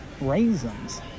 raisins